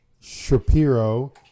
Shapiro